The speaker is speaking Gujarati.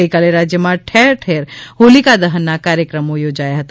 ગઇકાલે રાજ્યમાં ઠેર ઠેર હોલિકા દહનના કાર્યક્રમો યોજાયા હતા